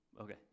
Okay